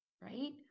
right